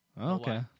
okay